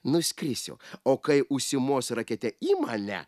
nuskrisiu o kai užsimos rakete į mane